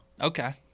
Okay